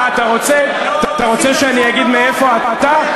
אה, אתה רוצה שאני אגיד מאיפה אתה?